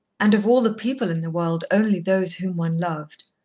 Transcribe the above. and of all the people in the world, only those whom one loved.